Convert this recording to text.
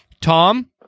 Tom